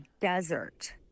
desert